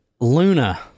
Luna